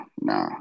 nah